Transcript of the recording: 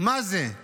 מה זה?